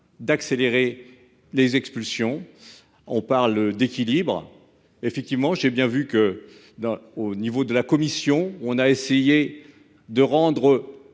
d'accélérer les expulsions. On parle d'équilibre. Effectivement, j'ai bien vu que dans, au niveau de la commission on a essayé de rendre